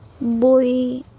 boy